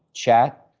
chat,